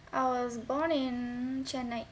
I was born in chennai